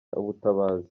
ubutabazi